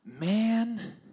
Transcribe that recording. Man